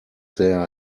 their